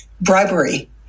bribery